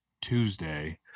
Tuesday